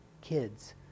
kids